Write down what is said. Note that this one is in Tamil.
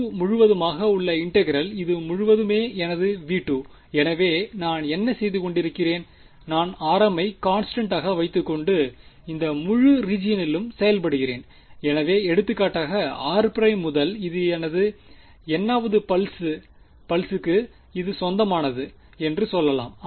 V2 முழுவதுமாக உள்ள இன்டெகிரெல் இது முழுவதுமே எனது V2 எனவே நான் என்ன செய்துகொண்டிருக்கிறேன் நான்rm ஐ கான்ஸ்டன்ட் ஆக வைத்துக்கொண்டு இந்த முழு ரீஜியனிலும் செயல்படுகிறேன் எனவே எடுத்துக்காட்டாக r' முதலில் இது n வது பல்சுக்கு இது சொந்தமானது என்று சொல்லலாம்